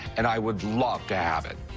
and i would love to have it.